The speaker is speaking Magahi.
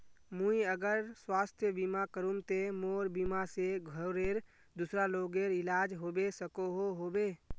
मुई अगर स्वास्थ्य बीमा करूम ते मोर बीमा से घोरेर दूसरा लोगेर इलाज होबे सकोहो होबे?